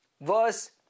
verse